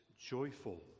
joyful